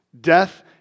Death